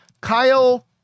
Kyle